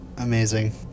Amazing